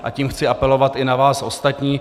A tím chci apelovat i na vás ostatní.